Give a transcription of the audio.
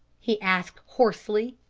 he asked hoarsely.